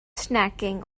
snacking